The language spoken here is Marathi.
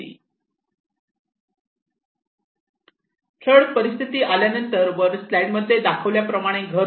फ्लड परिस्थिती आल्यानंतर वर स्लाईड मध्ये दाखवल्याप्रमाणे घर होते